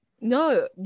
no